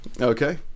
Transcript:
Okay